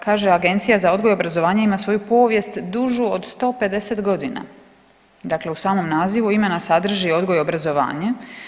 Kaže Agencija za odgoj i obrazovanje ima svoju povijest dužu od 150 godina, dakle u samom nazivu imena sadrži odgoj i obrazovanje.